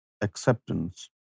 acceptance